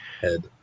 head